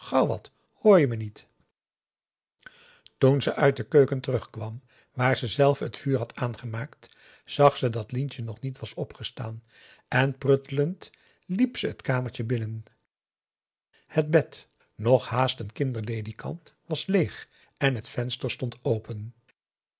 hoor je me niet toen ze uit de keuken terugkwam waar ze zelve het vuur had aangemaakt zag ze dat lientje nog niet was opgestaan en pruttelend liep ze het kamertje binnen het bed nog haast een kinderledikant was leeg en het venster stond open